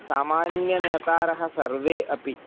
सामान्याः नेतारः सर्वे अपि